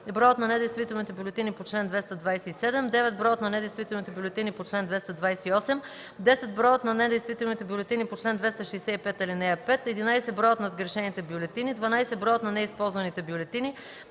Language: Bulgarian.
броят на недействителните бюлетини по чл. 227; 9. броят на недействителните бюлетини по чл. 228; 10. броят на недействителните бюлетини по чл. 265, ал. 5 11. броят на сгрешените бюлетини; 12. броят на неизползваните бюлетини;